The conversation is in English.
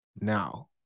Now